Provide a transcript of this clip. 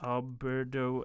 Alberto